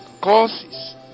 Causes